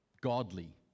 godly